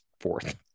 fourth